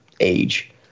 Age